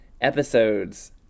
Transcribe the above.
episodes